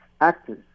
actors